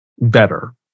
better